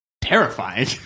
terrifying